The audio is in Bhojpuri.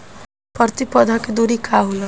प्रति पौधे के दूरी का होला?